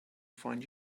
find